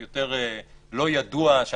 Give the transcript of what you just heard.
ותיקונים כדי שלאחר מכן הנוסח ילוטש בעקבות